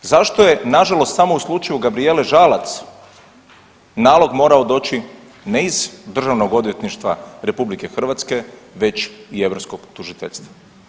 Zašto je nažalost samo u slučaju Gabrijele Žalac nalog morao doći ne iz Državnog odvjetništva RH već i europskog tužiteljstva.